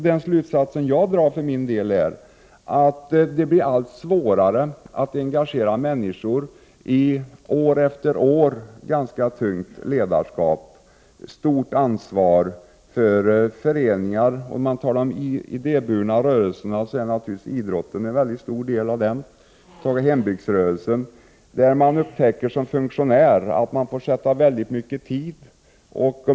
Den slutsats som jag drar för min del är att det blir allt svårare att år efter år engagera människor i ganska tunga ledarskap och ett stort ansvar för föreningar. Av de idéburna rörelserna utgör naturligtvis idrottsföreningarna en mycket stor del. Vi har också hembygdsrörelsen. Som funktionär upptäcker man att man får sätta av väldigt mycket tid.